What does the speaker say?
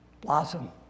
Blossom